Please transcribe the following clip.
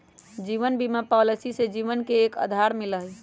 जीवन बीमा पॉलिसी से जीवन के एक आधार मिला हई